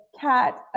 cat